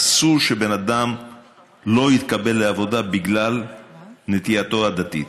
אסור שבן אדם לא יתקבל לעבודה בגלל נטייתו הדתית.